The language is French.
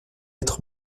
être